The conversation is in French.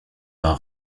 d’un